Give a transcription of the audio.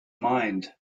mind